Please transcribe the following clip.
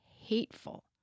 hateful